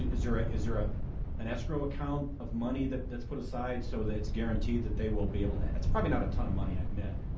is there ah is there ah an escrow account of money that's put aside so that it's guaranteed that they will be able it's probably not a ton of money i admit.